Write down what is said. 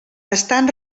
estan